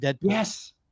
Yes